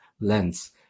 lens